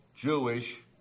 Jewish